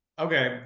okay